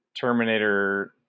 Terminator